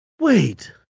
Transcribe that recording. Wait